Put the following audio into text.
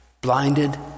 Blinded